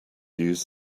used